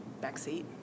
backseat